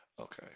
Okay